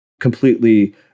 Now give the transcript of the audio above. completely